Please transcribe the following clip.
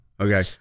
Okay